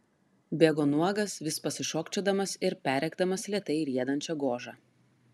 bėgo nuogas vis pasišokčiodamas ir perrėkdamas lėtai riedančią gožą